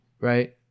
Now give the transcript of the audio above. right